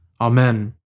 Amen